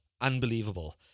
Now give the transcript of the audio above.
Unbelievable